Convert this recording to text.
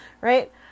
right